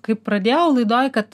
kai pradėjau laidoj kad